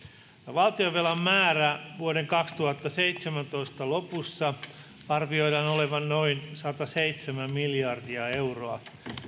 valtionvelan määrän vuoden kaksituhattaseitsemäntoista lopussa arvioidaan olevan noin sataseitsemän miljardia euroa